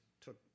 took